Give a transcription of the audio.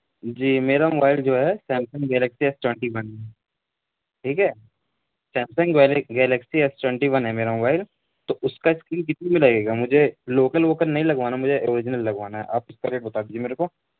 جی میرا موبائل جو ہے Samsung Galaxy S twenty one ہے ٹھیک ہے Samsung Galaxy S twenty one ہے میرا موبائل تو اس کا اسکرین کتنے میں لگے گا مجھے لوکل ووکل نہیں لگوانا مجھے اوریجنل لگوانا ہے آپ اس کا ریٹ بتا دیجیے میرے کو